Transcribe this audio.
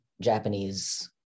Japanese